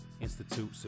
Institute